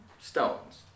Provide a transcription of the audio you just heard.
stones